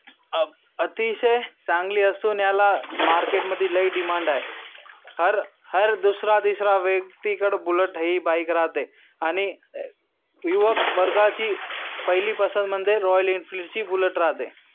अ अतिशय चांगली असून याला मार्केटमध्ये लई डिमांड आहे हर हर दुसरा तिसरा व्यक्तीकडे बुलट ही बाईक राहते आणि युवक वर्गाची पहिली पसंतमध्ये रॉयल इनफ्लीडची बुलट राहते